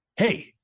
Hey